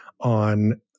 on